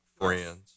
friends